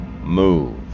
move